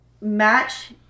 match